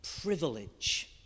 privilege